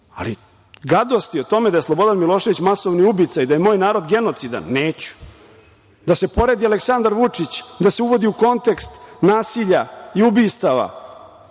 ali gadosti o tome da je Slobodan Milošević masovni ubica i da je moj narod genocidan neću. Da se poredi Aleksandar Vučić, da se uvodi u kontekst nasilja i ubistava.